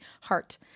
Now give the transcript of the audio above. Heart